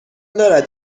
دارد